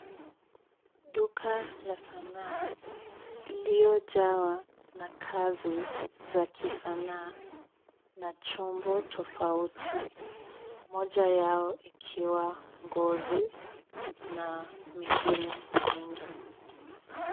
Duka la sanaa, iliyojawa na kazi za kisanaa na chombo tofauti, moja yao ikiwa ngozi na mengine mengi.